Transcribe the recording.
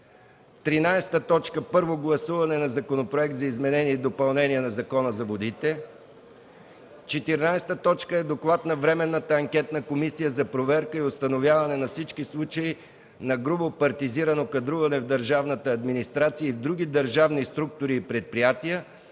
13. Първо гласуване на Законопроект за изменение и допълнение на Закона за водите. 14. Доклад на Временната анкетна комисия за проверка и установяване на всички случаи на грубо партизирано кадруване в държавната администрация и в други държавни структури и предприятия,